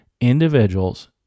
individuals